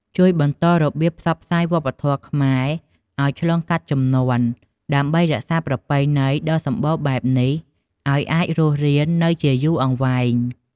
ជួយបន្តរបៀបផ្សព្វផ្សាយវប្បធម៌ខ្មែរឲ្យឆ្លងកាត់ជំនាន់ ដើម្បីរក្សាប្រពៃណីដ៏សម្បូរបែបនេះឲ្យអាចរស់រាននៅជាយូរអង្វែង។